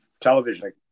television